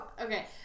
Okay